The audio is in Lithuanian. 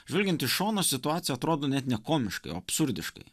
žvelgiant iš šono situacija atrodo net ne komiškai o absurdiškai